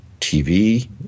TV